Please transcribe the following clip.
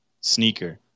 sneaker